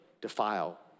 defile